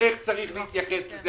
איך צריך להתייחס לזה?